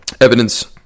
evidence